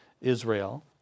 Israel